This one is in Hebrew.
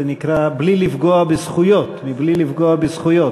זה נקרא בלי לפגוע בזכויות, מבלי לפגוע בזכויות.